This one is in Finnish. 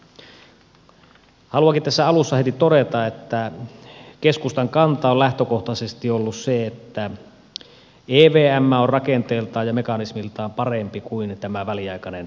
haluankin tässä alussa heti todeta että keskustan kanta on lähtökohtaisesti ollut se että evm on rakenteeltaan ja mekanismiltaan parempi kuin tämä väliaikainen mekanismi